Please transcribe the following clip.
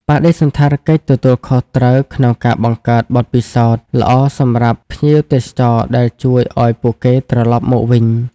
បដិសណ្ឋារកិច្ចទទួលខុសត្រូវក្នុងការបង្កើតបទពិសោធន៍ល្អសម្រាប់ភ្ញៀវទេសចរដែលជួយឲ្យពួកគេត្រឡប់មកវិញ។